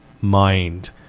mind